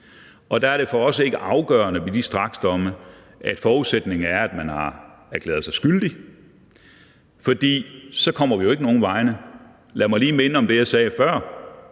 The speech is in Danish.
Og der er det for os ikke afgørende i forbindelse med de straksdomme, at forudsætningen er, at man har erklæret sig skyldig, for så kommer vi jo ikke nogen vegne. Lad mig lige minde om det, jeg sagde før: